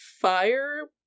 fire